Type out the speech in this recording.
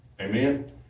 Amen